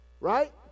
right